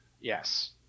yes